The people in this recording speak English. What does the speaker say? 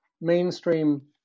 mainstream